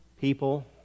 people